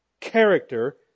Character